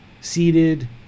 seated